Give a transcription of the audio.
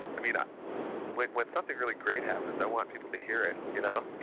i mean um when when something really great happens, i want people to hear it, you know.